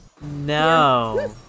No